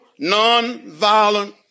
nonviolent